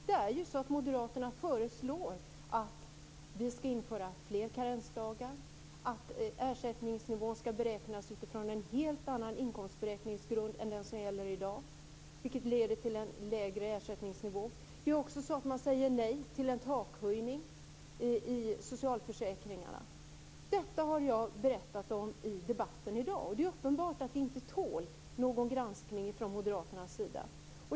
Det är ju så att moderaterna föreslår att vi ska införa fler karensdagar och att ersättningsnivån ska beräknas utifrån en helt annan inkomstberäkningsgrund än den som gäller i dag, vilket leder till en lägre ersättningsnivå. Det är också så att man säger nej till en takhöjning i socialförsäkringarna. Detta har jag berättat om i debatten i dag, och det är uppenbart att man inte tål någon granskning från moderaternas sida.